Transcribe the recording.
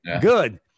good